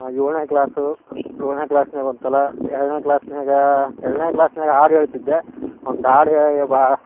ನಾ ಏಳನೇ ಕ್ಲಾಸು ಏಳನೇ ಕ್ಲಾಸ್ನ್ಯಾಗ ಒಂದ್ಸಲ ಏಳನೇ ಕ್ಲಾಸ್ನ್ಯಾಗ ಏಳನೇ ಕ್ಲಾಸ್ನ್ಯಾಗ ಹಾಡ್ ಹೇಳ್ತಿದ್ದೆ ಒಂದು ಹಾಡ್ ಹೇಳ್ ಬಾ